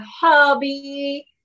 hobby